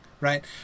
right